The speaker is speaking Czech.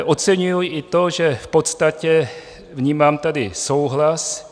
Oceňuji i to, že v podstatě vnímám tady souhlas.